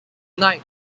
knight